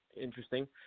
interesting